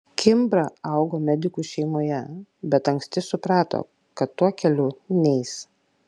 kimbra augo medikų šeimoje bet anksti suprato kad tuo keliu neis